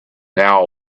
now